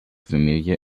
familie